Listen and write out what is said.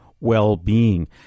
well-being